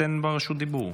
--- אתן ברשות דיבור,